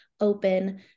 open